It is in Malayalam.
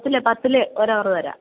പത്തിലെ പത്തിലെ ഒരവറ് തരാം